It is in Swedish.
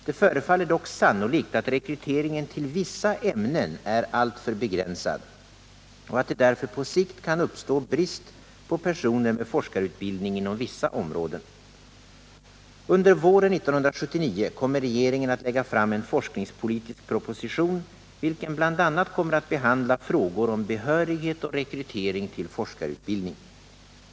Det förefaller dock sannolikt att rekryteringen till vissa ämnen är alltför begränsad och att det därför på sikt kan uppstå brist på personer med forskarutbildning inom vissa områden. Under våren 1979 kommer regeringen att lägga fram en forskningspolitisk proposition, vilken bl.a. kommer att behandla frågor om behörighet och rekrytering till forskarutbildning.